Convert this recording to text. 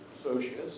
associates